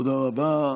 תודה רבה.